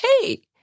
hey